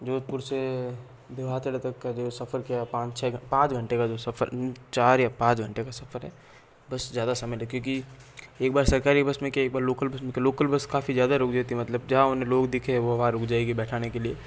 जोधपुर से देवाताड़े तक का जो सफर किया है पाँच छः पाँच घंटे का जो सफ़र चार या पाँच घंटे का सफर है बस ज़्यादा समय लेकर कि एक बार सरकारी बस में किया एक बार लोकल बस में किया लोकल बस काफ़ी ज़्यादा रुक जाती है मतलब जहाँ लोग दिखे वो वहाँ रुक जायेगी बैठाने के लिये